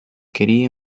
quería